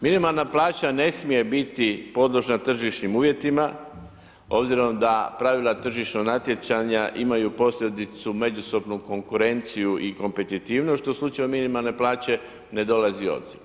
Minimalna plaća ne smije biti podložna tržišnim uvjetima obzirom da pravila tržišnog natjecanja imaju posljedicu međusobnu konkurenciju i kompetitivnost što u slučaju minimalne plaće ne dolazi u obzir.